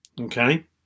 okay